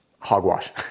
Hogwash